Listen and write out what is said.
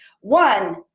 One